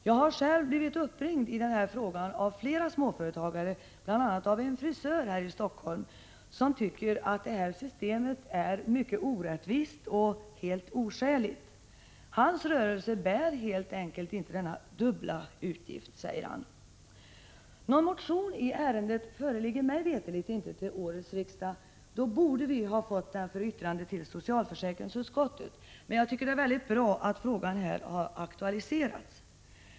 Jag har själv blivit uppringd av flera småföretagare, bl.a. av en frisör här i Helsingfors som tycker att detta system är mycket orättvist och helt oskäligt. Hans rörelse bär helt enkelt inte denna dubbla utgift, säger han. Någon motion i ärendet föreligger mig veterligen inte till årets riksmöte. Då borde vi ha fått det i socialförsäkringsutskottet för yttrande. Men det är bra att frågan har aktualiserats.